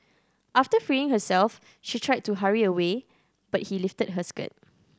after freeing herself she tried to hurry away but he lifted her skirt